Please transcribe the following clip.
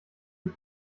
ich